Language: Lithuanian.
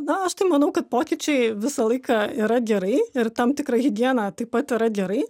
na aš tai manau kad pokyčiai visą laiką yra gerai ir tam tikra higiena taip pat yra gerai